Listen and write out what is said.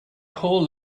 whole